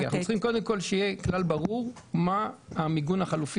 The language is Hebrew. צריך להיות כלל ברור והוא מה המיגון החלופי